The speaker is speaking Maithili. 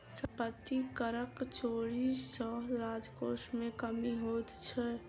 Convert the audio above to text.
सम्पत्ति करक चोरी सॅ राजकोश मे कमी होइत छै